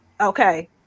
okay